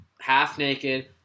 half-naked